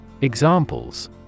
Examples